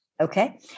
Okay